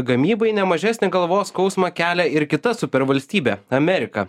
gamybai nemažesnį galvos skausmą kelia ir kita supervalstybė amerika